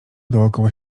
dookoła